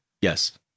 Yes